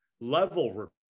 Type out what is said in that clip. level